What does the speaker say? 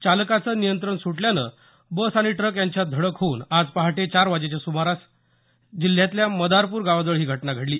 चालकाचं नियंत्रण सुटल्यानं बस ट्रक यांच्यात हा आज पहाटे चार वाजेच्या सुमारास जिल्ह्यात मदारपूर गावाजवळ ही घटना घडली